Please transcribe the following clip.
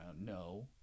no